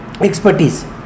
expertise